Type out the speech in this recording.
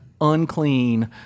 unclean